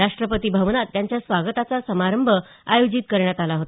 राष्ट्रपती भवनात त्यांचा स्वागताचा समारंभ आयोजित करण्यात आला आहे